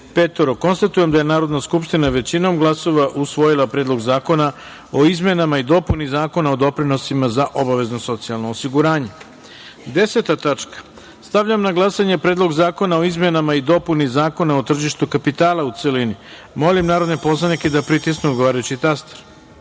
poslanika. Konstatujem da je Narodna skupština većinom glasova usvojila Predlog zakona o izmenama i dopuni Zakona o doprinosima za obavezno socijalno osiguranje. Deseta tačka dnevnog reda. Stavljam na glasanje Predlog zakona o izmenama i dopuni Zakona o tržištu kapitala, u celini. Molim narodne poslanike da pritisnu odgovarajući